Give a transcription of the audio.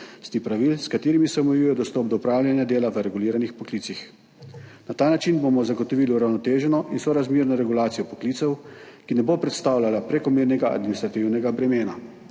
s katerimi se omejuje dostop do opravljanja dela v reguliranih poklicih. Na ta način bomo zagotovili uravnoteženo in sorazmerno regulacijo poklicev, ki ne bo predstavljala prekomernega administrativnega bremena.